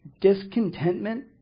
Discontentment